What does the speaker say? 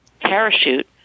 parachute